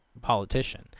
politician